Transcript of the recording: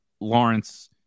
Lawrence